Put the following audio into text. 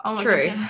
True